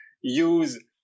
use